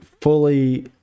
fully